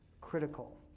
critical